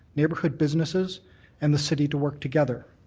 neighbourhood businesses and the city to work together.